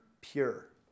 pure